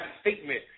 statement